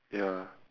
ya